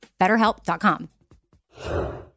BetterHelp.com